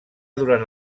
durant